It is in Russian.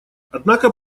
однако